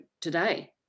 today